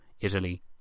Italy